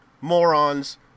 morons